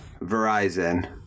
Verizon